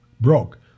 Broke